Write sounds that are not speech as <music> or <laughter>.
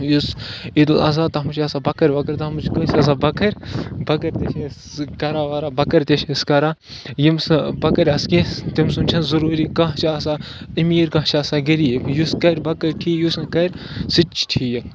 یُس عیٖد الضحیٰ تَتھ منٛز چھِ آسان بَکٕرۍ وَکٕرۍ تَتھ منٛز چھِ کٲنٛسہِ آسان بٔکٕرۍ بٔکٕرۍ تہِ چھِس <unintelligible> بٔکٕرۍ تہِ چھِس أسۍ کَران یِم سہٕ بٔکٕرۍ آسہِ <unintelligible> تٔمۍ سُنٛد چھَنہٕ ضٔروٗری کانٛہہ چھِ آسان أمیٖر کانٛہہ چھِ آسان غریٖب یُس کَرِ بَکٕرۍ ٹھیٖک یُس نہٕ کَرِ سُہ تہِ چھِ ٹھیٖک